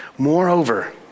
Moreover